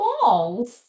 balls